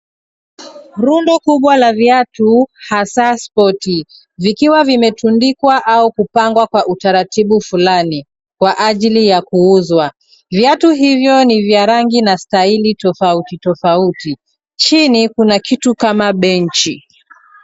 Rundo kubwa la viatu hasa spoti, vikiwa vimetundikwa au kupangwa kwa utaratibu fulani kwa ajili ya kuuzwa, viatu hivyo ni vya rangi na staili tofauti tofauti. Chini kuna kitu kama benchi.